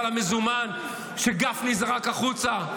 ועל המזומן שגפני זרק החוצה.